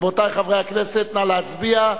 רבותי חברי הכנסת, נא להצביע.